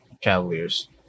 Cavaliers